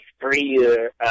three-year